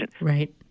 Right